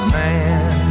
man